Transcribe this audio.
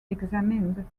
examined